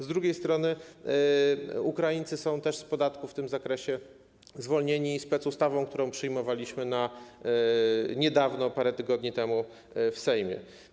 Z drugiej strony Ukraińcy są też z podatku w tym zakresie zwolnieni specustawą, którą przyjmowaliśmy niedawno, parę tygodni temu, w Sejmie.